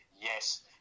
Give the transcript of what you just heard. yes